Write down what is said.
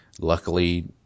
luckily